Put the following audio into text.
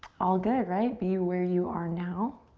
all good, right? be where you are now.